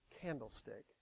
candlestick